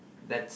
that's